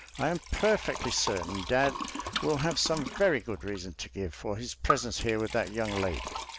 i am perfectly certain dad will have some very good reason to give for his presence here with that young lady.